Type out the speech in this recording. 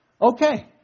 okay